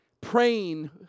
Praying